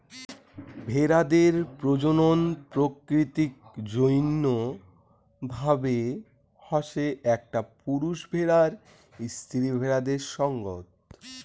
ভেড়াদের প্রজনন প্রাকৃতিক জইন্য ভাবে হসে একটা পুরুষ ভেড়ার স্ত্রী ভেড়াদের সঙ্গত